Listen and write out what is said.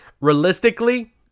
realistically